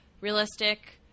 realistic